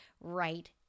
right